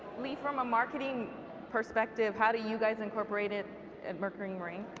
lee, from a marketing perspective, how do you guys incorporate it at mercury marine?